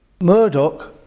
Murdoch